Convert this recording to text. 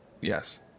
Yes